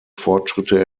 fortschritte